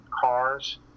cars